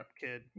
kid